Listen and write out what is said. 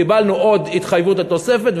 קיבלנו עוד התחייבות לתוספת,